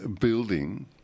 building